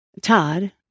Todd